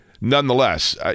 nonetheless